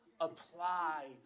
apply